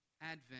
Advent